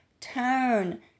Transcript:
turn